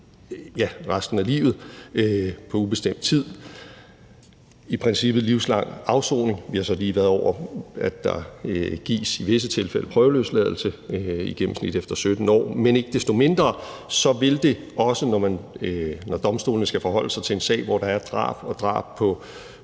inde resten af livet og på ubestemt tid, og det er i princippet livslang afsoning. Vi har lige være inde over, at der i visse tilfælde gives prøveløsladelse, og det er i gennemsnit efter 17 år. Men ikke desto mindre vil det, også når domstolene skal forholde sig til en sag, hvor der er drab og drab på